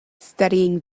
studying